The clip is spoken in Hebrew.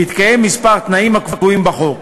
בהתקיים כמה תנאים הקבועים בחוק.